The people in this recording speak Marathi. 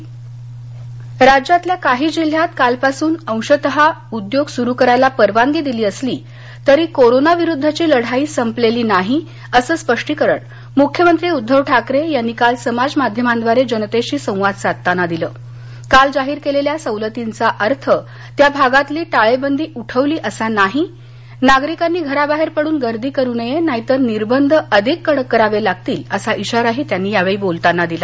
मख्यमंत्री राज्यातल्या काही जिल्ह्यात कालपासून अंशतः उद्योग सुरु करायला परवानगी दिली असली तरी कोरोना विरुद्धची लढाई संपलेली नाही असं स्पष्टीकरण मुख्यमंत्री उद्धव ठाकरे यांनी काल समाज माध्यमाद्वारे जनतेशी संवाद साधताना दिलं काल जाहीर केलेल्या सवलतींचा अर्थ त्या भागातली टाळेबंदी उठवली असा नाही नागरिकांनी घराबाहेर पडून गर्दी करू नये नाहीतर निर्बंध अधिक कडक करावे लागतील असा इशाराही त्यांनी यावेळी बोलताना दिला